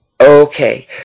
Okay